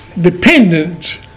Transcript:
dependent